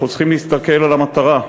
אנחנו צריכים להסתכל על המטרה,